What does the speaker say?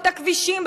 את הכבישים,